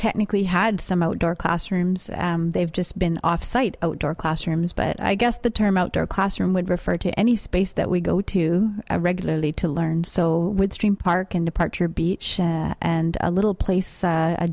technically had some outdoor classrooms they've just been off site outdoor classrooms but i guess the term outdoor classroom would refer to any space that we go to regularly to learn so with stream park and departure beach and a little place